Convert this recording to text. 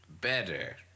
better